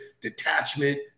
detachment